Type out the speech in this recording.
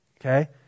Okay